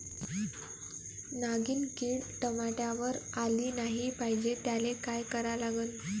नागिन किड टमाट्यावर आली नाही पाहिजे त्याले काय करा लागन?